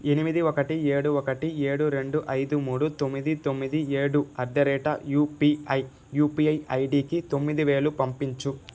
ఎనిమిది ఒకటి ఏడు ఒకటి ఏడు రెండు ఐదు మూడు తొమ్మిది తొమ్మిది ఏడు at the rate UPI UPI ఐడికి తొమ్మిది వేలు పంపించు